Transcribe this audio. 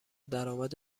درآمد